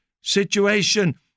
situation